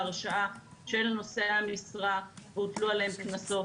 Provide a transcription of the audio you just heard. הרשעה של נושאי המשרה והוטלו עליהם קנסות.